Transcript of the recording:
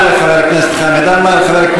תודה לחבר הכנסת חמד עמאר.